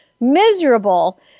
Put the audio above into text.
miserable